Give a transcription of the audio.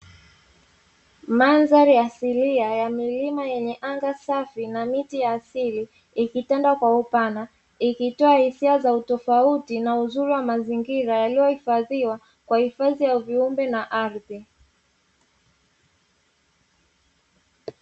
Mandhari asilia ya milima yenye anga safi, na miti ya asili ikitanda kwa upana, ikitoa hisia za utofauti na uzuri wa mazingira yaliyohifadhiwa, kwa hifadhi ya viumbe na ardhi.